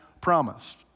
promised